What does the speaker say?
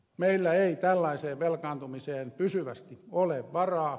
meillä ei tällaiseen velkaantumiseen pysyvästi ole varaa